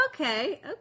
okay